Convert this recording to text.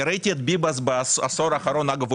ראיתי את ביבס בעשור האחרון ואגב,